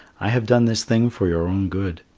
i have done this thing for your own good.